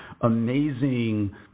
amazing